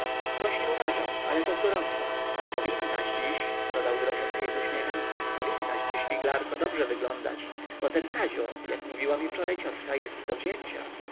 właśnie uważam ale to z gorąca a powinnaś dziś dodał grożąc jej z uśmiechem powinnaś dziś figlarko dobrze wyglądać bo ten kazio jak mówiła mi wczoraj ciotka jest do wzięcia